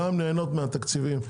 גם נהנות מהתקציבים,